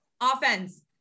Offense